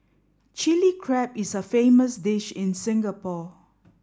Chilli Crab is a famous dish in Singapore